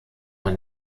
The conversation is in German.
man